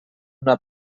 una